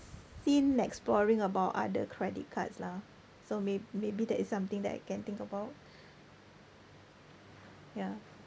seen exploring about other credit cards lah so may~ maybe that is something that I can think about ya